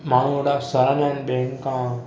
माण्हू हेॾा सड़ंदा आहिनि ॿियनि खां